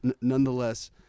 Nonetheless